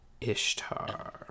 Ishtar